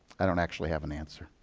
i don't actually have an answer.